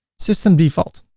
system default.